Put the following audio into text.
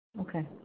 Okay